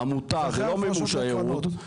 העמותה, זה לא מימוש הייעוד.